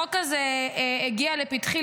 כשהחוק הזה הגיע לפתחי,